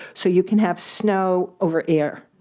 so you can have snow over air.